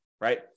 right